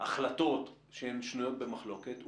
החלטות שנויות במחלוקת,